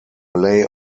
lay